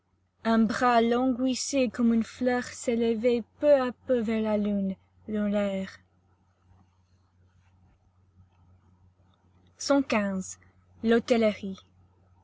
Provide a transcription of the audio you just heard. un bras languissant comme une fleur s'élevait peu à peu vers la lune dans l'air l'hôtellerie